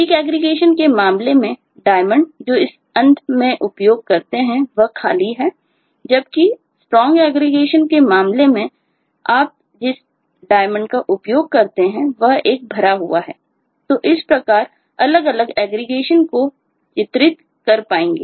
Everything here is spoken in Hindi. वीक एग्रीगेशन को आसानी से चित्रित कर पाएंगे